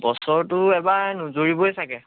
বছৰটো এইবাৰ নুজুৰিবই ছাগৈ